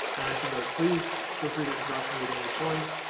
and i should note, please feel free to interrupt me at any point.